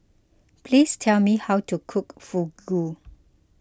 please tell me how to cook Fugu